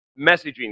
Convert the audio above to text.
messaging